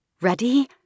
Ready